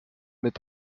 mit